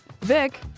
Vic